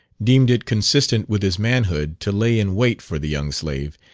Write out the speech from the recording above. deemed it consistent with his manhood to lay in wait for the young slave,